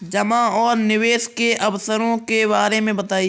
जमा और निवेश के अवसरों के बारे में बताएँ?